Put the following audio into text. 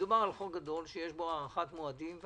מדובר בחוק גדול, שיש בו הארכת מועדים.